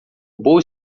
boa